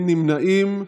אין נמנעים.